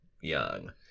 young